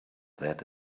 that